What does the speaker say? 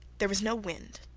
there was no wind,